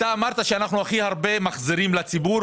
אתה אמרת שאנחנו הכי הרבה מחזירים לציבור,